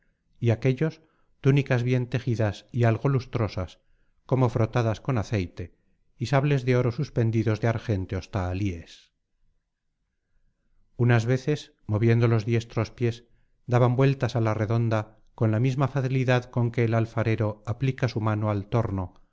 y aquéllos túnicas bien tejidas y algo lustrosas como frotadas con aceite y sables de oro suspendidos de argénteos tahalíes unas veces moviendo los diestros pies daban vueltas á la redonda con la misma facilidad con que el alfarero aplica su mano al torno